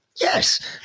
Yes